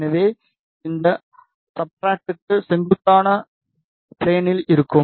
எனவே இந்த சப்ஸ்ட்ரட்க்கு செங்குத்தாக ஃப்ளேனில் இருக்கும்